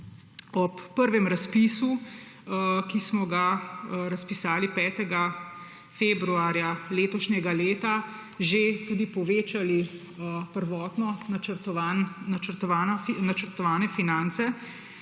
ob prvem razpisu, ki smo ga razpisali 5. februarja letošnjega leta, povečali prvotno načrtovane finance